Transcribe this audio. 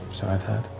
so i've heard.